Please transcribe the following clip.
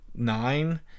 nine